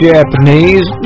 Japanese